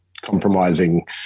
compromising